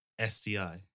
STI